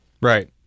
Right